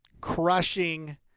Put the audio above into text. crushing –